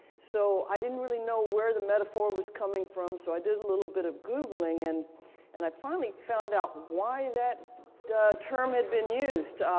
so i didn't really know where the metaphor was coming from so i did a little bit of googling and and i finally found out why that ter term had been used.